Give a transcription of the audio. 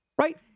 Right